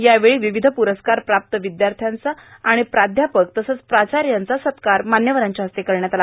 यावेळी विविध पुरस्कारप्राप्त विद्यार्थ्याचा आणि प्राध्यापक तसंच प्राचार्याचा सत्कार मान्यवरांच्या हस्त करण्यात आला